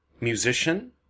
musician